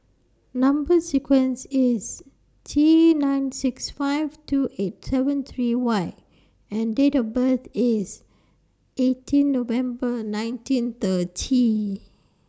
Number sequence IS T nine six five two eight seven three Y and Date of birth IS eighteen November nineteen thirty